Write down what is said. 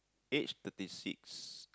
age thirty six